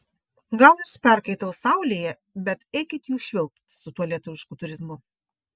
gal aš perkaitau saulėje bet eikit jūs švilpt su tuo lietuvišku turizmu